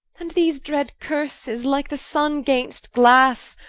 and these dread curses like the sunne gainst glasse,